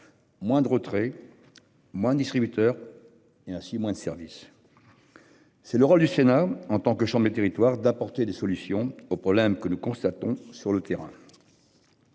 Moins de retrait. Moins distributeur et ainsi moins de service. C'est le rôle du Sénat en tant que territoires d'apporter des solutions aux problèmes que nous constatons sur le terrain.